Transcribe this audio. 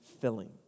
filling